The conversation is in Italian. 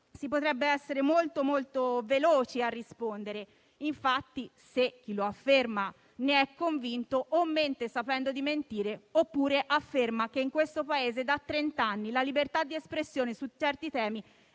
si potrebbe rispondere molto velocemente. Infatti, se chi lo afferma ne è convinto, o mente sapendo di mentire oppure afferma che in questo Paese da trent'anni la libertà di espressione su certi temi